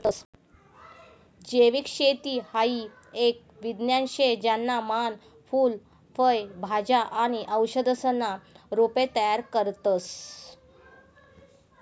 जैविक शेती हाई एक विज्ञान शे ज्याना मान फूल फय भाज्या आणि औषधीसना रोपे तयार करतस